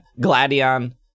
Gladion